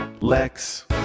Lex